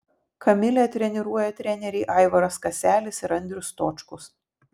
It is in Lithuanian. kamilę treniruoja treneriai aivaras kaselis ir andrius stočkus